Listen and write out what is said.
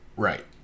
Right